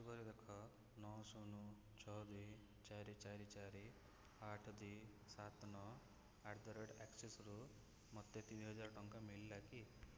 ଯାଞ୍ଚ୍ କରି ଦେଖ ନଅ ଶୂନ ଛଅ ଦୁଇ ଚାରି ଚାରି ଚାରି ଆଠ ଦୁଇ ସାତ ନଅ ଆଟ୍ ଦ ରେଟ୍ ଆକ୍ସିସ୍ରୁ ମୋତେ ତିନି ହଜାର ଟଙ୍କା ମିଳିଲା କି